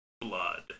blood